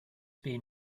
been